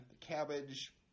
Cabbage